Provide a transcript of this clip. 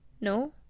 No